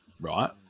right